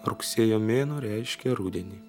rugsėjo mėnuo reiškia rudenį